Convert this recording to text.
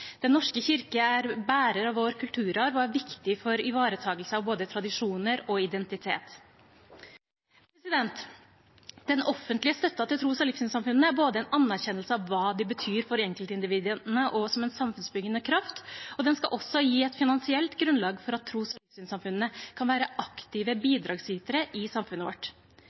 Den norske kirke er bærer av vår kulturarv og er viktig for ivaretakelse av både tradisjoner og identitet. Den offentlige støtten til tros- og livssynssamfunnene er en anerkjennelse av hva de betyr for enkeltindividene og som en samfunnsbyggende kraft, og den skal også gi et finansielt grunnlag for at tros- og livssynssamfunnene kan være aktive bidragsytere i samfunnet vårt.